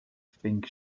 think